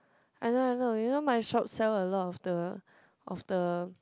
I know I know you know my shop sell a lot of the of the